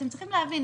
אתם צריכים להבין.